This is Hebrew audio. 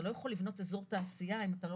אתה לא יכול לבנות אזור תעשייה אם אתה לא